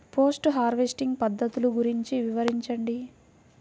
Post harvesting పద్ధతులు గురించి వివరించండి?